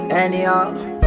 anyhow